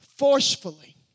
forcefully